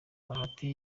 bahati